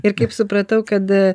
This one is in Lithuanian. ir kaip supratau kad